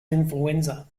influenza